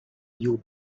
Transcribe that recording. your